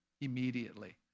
immediately